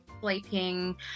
sleeping